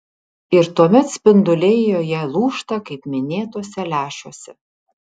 ir tuomet spinduliai joje lūžta kaip minėtuose lęšiuose